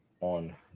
on